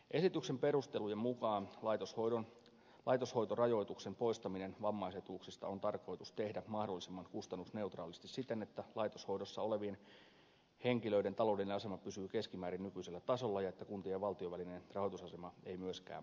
esityksen perustelujen mukaan laitoshoitorajoituksen poistaminen vammaisetuuksista on tarkoitus tehdä mahdollisimman kustannusneutraalisti siten että laitoshoidossa olevien henkilöiden taloudellinen asema pysyy keskimäärin nykyisellä tasolla ja että kuntien ja valtion välinen rahoitusasema ei myöskään muutu